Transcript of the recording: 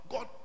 God